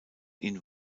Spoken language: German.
ihn